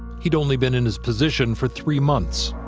had only been in his position for three months.